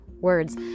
words